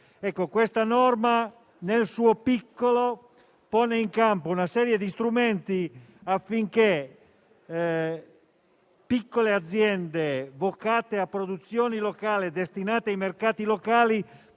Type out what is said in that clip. questa norma, nel suo piccolo, pone in campo una serie di strumenti affinché piccole aziende vocate alla produzione locale e destinate ai mercati locali